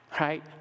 Right